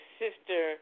sister